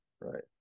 right